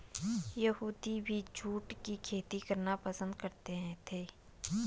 यहूदी भी जूट की खेती करना पसंद करते थे